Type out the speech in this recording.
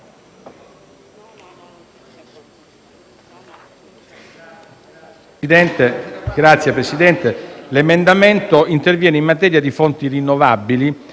Signor Presidente, l'emendamento interviene in materia di fonti rinnovabili